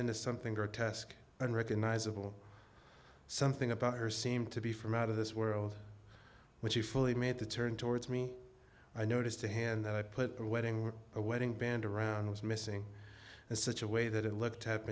into something grotesque unrecognizable something about her seem to be from out of this world which you fully made the turn towards me i noticed a hand that i put the wedding a wedding band around was missing and such a way that it looked